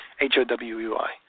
h-o-w-u-i